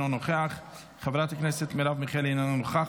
אינו נוכח,